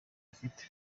afite